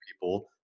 people